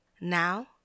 Now